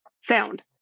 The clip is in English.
sound